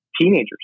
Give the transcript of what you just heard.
teenagers